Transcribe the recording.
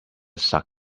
suck